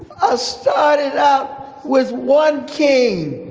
ah started out with one cane.